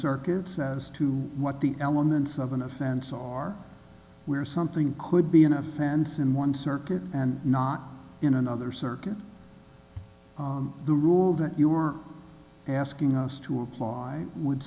circuit as to what the elements of an offense or where something could be an offense in one circuit and not in another circuit the rule that you were asking us to apply would